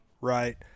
right